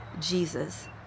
Jesus